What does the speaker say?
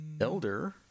Elder